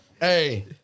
hey